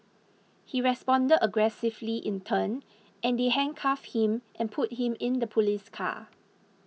he responded aggressively in turn and they handcuffed him and put him in the police car